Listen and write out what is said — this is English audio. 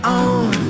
on